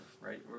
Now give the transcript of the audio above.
right